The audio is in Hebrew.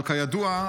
אבל כידוע,